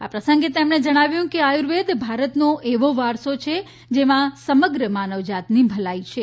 આ પ્રસંગે તેમણે જણાવ્યુ હતું કે આયુર્વેદ ભારતનો એવો વારસો છે તેમાં સમગ્ર માનવ જાતની ભલાઈ છે